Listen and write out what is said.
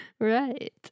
Right